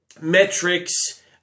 metrics